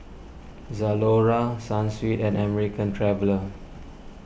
Zalora Sunsweet and American Traveller